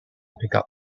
pickup